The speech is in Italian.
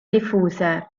diffuse